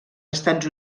estats